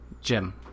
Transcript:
Jim